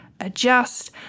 adjust